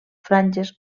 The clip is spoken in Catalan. franges